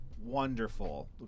wonderful